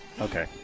Okay